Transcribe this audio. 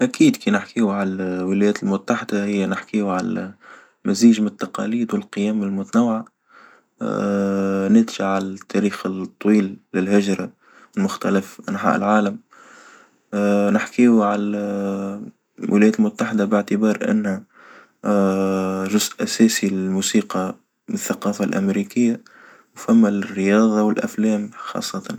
أكيد كي نحكيو على الولايات المتحدة هي نحكيو على مزيج من التقاليد والقيم المتنوعة ندشع للتاريخ الطويل للهجرة، مختلف أنحاء العالم نحكيو الولايات المتحدة باعتبار إن جزء أساسي الموسيقى من الثقافة الأمريكية وفما الرياضة والأفلام خاصة.